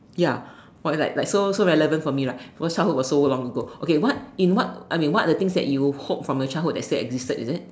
ya was like like so so relevant for me lah because childhood was so long ago okay what in what I mean what are the things that you hope from your childhood that still existed is it